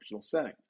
setting